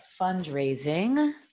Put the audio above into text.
fundraising